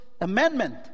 Amendment